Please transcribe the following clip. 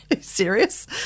serious